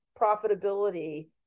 profitability